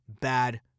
bad